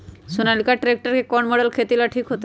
Sonalika tractor के कौन model खेती ला ठीक होतै?